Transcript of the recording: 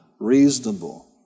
reasonable